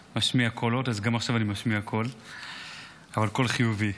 קול, אבל קול חיובי.